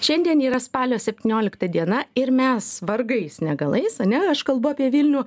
šiandien yra spalio septyniolikta diena ir mes vargais negalais ane aš kalbu apie vilnių